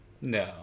No